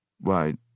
Why